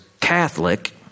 Catholic